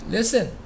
Listen